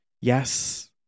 yes